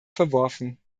verworfen